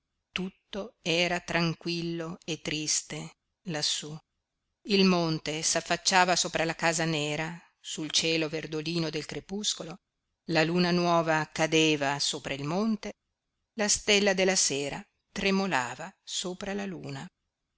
tutto era tranquillo e triste lassú il monte s'affacciava sopra la casa nera sul cielo verdolino del crepuscolo la luna nuova cadeva sopra il monte la stella della sera tremolava sopra la luna